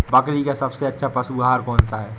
बकरी का सबसे अच्छा पशु आहार कौन सा है?